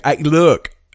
Look